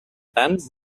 tant